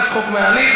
עושה צחוק מההליך.